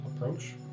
approach